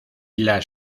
las